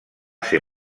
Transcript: ser